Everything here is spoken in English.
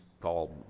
called